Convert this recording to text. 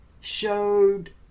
showed